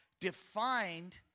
defined